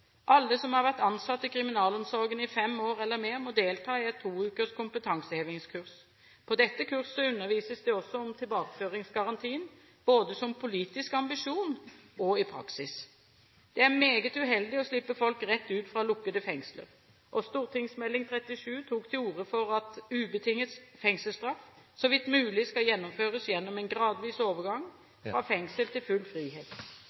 Alle som har vært ansatt i kriminalomsorgen i fem år eller mer, må delta i et toukers kompetansehevingskurs. På dette kurset undervises det også om tilbakeføringsgarantien, både som politisk ambisjon og i praksis. Det er meget uheldig å slippe folk rett ut fra lukkede fengsler. St.meld. nr. 37 tok til orde for at ubetinget fengselsstraff så vidt mulig skal gjennomføres gjennom en gradvis overgang fra fengsel til full frihet.